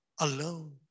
alone